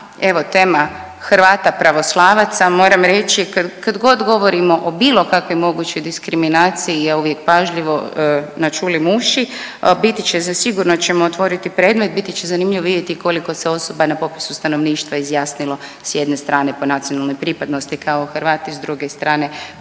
Evo tema Hrvata pravoslavaca. Moram reći kad god govorimo o bilo kakvoj mogućoj diskriminaciji ja uvijek pažljivo naćulim uši. Biti će, zasigurno ćemo otvoriti predmet, biti će zanimljivo vidjeti koliko se osoba na popisu stanovništva izjasnilo s jedne strane po nacionalnoj pripadnosti kao Hrvati, s druge strane po